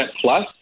plus